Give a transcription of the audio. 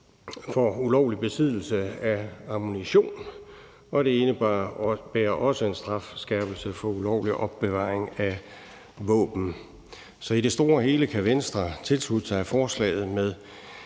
for ulovlig besiddelse af ammunition, og det indebærer også en strafskærpelse for ulovlig opbevaring af våben. Så i det store og hele kan Venstre tilslutte sig forslaget med